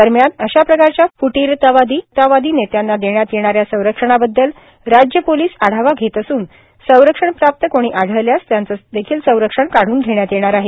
दरम्यान अशा प्रकारच्या फुटिरतावादी नेत्यांना देण्यात येणा या संरक्षणाबद्दल राज्य पोलीस आढावा घेत असून संरक्षणप्राप्त कोणी आढळल्यास त्यांचे देखील संरक्षण काढून धेण्यात थेणार आहे